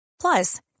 Plus